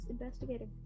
investigating